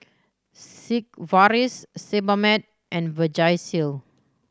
Sigvaris Sebamed and Vagisil